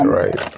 right